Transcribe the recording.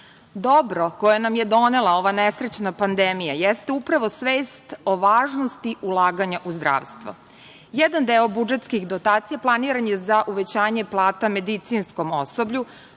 Dobro koje nam je donela ova nesrećna pandemija jeste upravo svest o važnosti ulaganja u zdravstvo. Jedan deo budžetskih dotacija planiran je za uvećanje plata medicinskom osoblju,